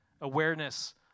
awareness